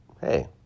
Hey